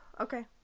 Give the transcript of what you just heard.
Okay